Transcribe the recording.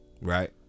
right